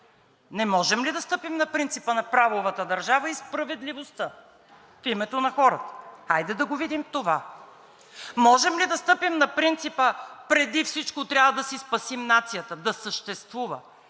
Не можем ли да стъпим на принципа на правовата държава и справедливостта в името на хората?! Хайде да видим това! Можем ли да стъпим на принципа „преди всичко трябва да си спасим нацията да съществува“